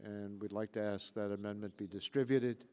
and we'd like to ask that amendment be distributed